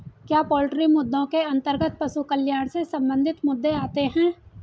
क्या पोल्ट्री मुद्दों के अंतर्गत पशु कल्याण से संबंधित मुद्दे आते हैं?